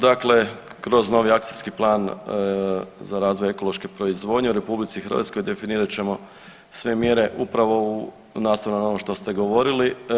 Dakle, kroz novi akcijski plan za razvoj ekološke proizvodnje u RH, definirat ćemo sve mjere upravo nastavno na ovo što ste govorili.